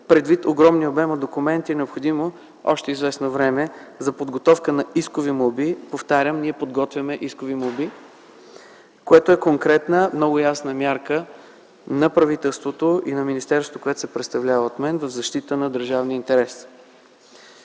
Предвид огромния обем от документи е необходимо още известно време за подготовка на искови молби. Повтарям, ние подготвяме искови молби, което е конкретна, много ясна мярка на правителството и на министерството, което се представлява от мен, в защита на държавния интерес.